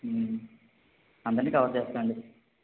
అందరినీ కవర్ చేస్తానులే